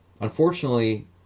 Unfortunately